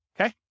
Okay